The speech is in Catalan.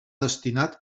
destinat